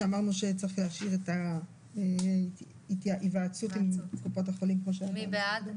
8. מי בעד?